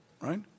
right